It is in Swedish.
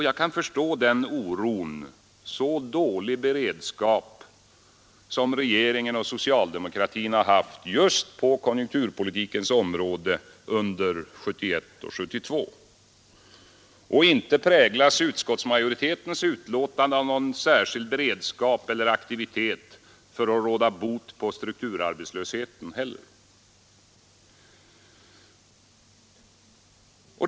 Jag kan förstå den oron, så dålig beredskap som regeringen och socialdemokratin har haft just på konjunkturpolitikens område under 1971 och 1972. Inte heller präglas utskottsmajoritetens betänkande av någon särskild beredskap eller aktivitet för att råda bot på strukturarbetslösheten.